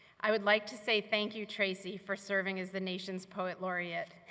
i would like to say thank you, tracy for serving as the nation's poet laureate.